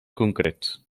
concrets